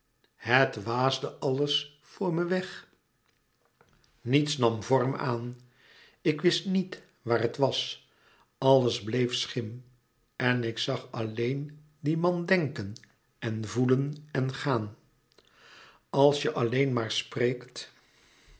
het waasde alles voor me weg niets nam vorm aan ik wist niet waar het was alles bleef schim en ik zag alleen dien man denken en voelen en gaan als je alleen maar spreekt